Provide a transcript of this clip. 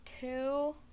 two